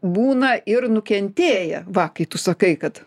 būna ir nukentėję va kai tu sakai kad